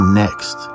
next